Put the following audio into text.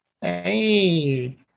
hey